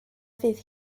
fydd